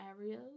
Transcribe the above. areas